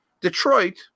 Detroit